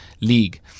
league